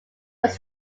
was